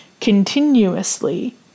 continuously